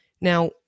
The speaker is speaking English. Now